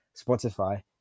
spotify